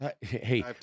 Hey